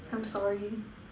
I'm sorry